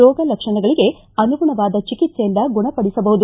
ರೋಗ ಲಕ್ಷಣಗಳಿಗೆ ಅನುಗುಣವಾದ ಚಿಕಿತ್ಸೆಯಿಂದ ಗುಣಪಡಿಸಬಹುದು